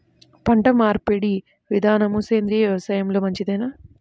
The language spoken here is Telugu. పంటమార్పిడి విధానము సేంద్రియ వ్యవసాయంలో మంచిదేనా?